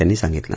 त्यांनी सांगितलं